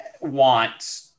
want